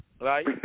Right